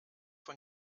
von